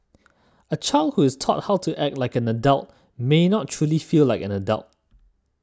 a child who is taught how to act like an adult may not truly feel like an adult